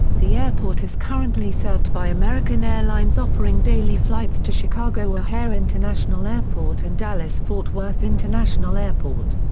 the airport is currently served by american airlines offering daily flights to chicago o'hare international airport and dallas fort worth international airport.